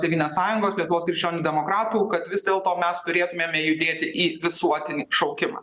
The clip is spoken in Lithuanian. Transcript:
tėvynės sąjungos lietuvos krikščionių demokratų kad vis dėlto mes turėtumėme judėti į visuotinį šaukimą